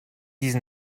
dix